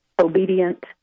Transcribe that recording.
obedient